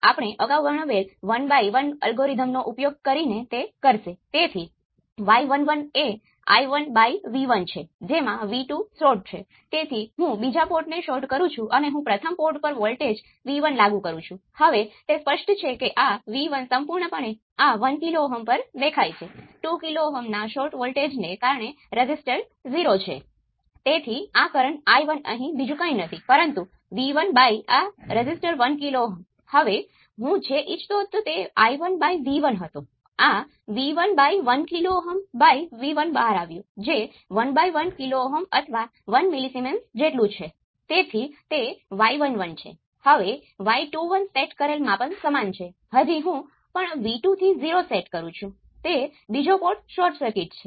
જ્યાં સુધી તમને ફક્ત બે પોર્ટ સાથે જોડાણ કરવાની છૂટ છે ત્યાં સુધી આખી વસ્તુને બે પોર્ટ પેરામિટરના સેટ કેલ્ક્યુલેશન છે જે તમને કરવા માટે કહેવામાં આવી શકે છે